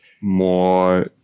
more